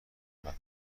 مکان